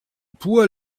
poor